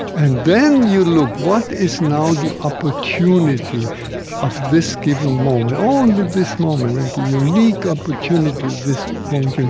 and then you look what is, now, the opportunity of this given moment, only this moment, and the unique opportunity this moment gives?